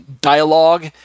dialogue